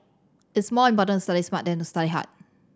it's more important to study smart than to study hard